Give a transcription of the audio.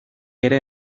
ere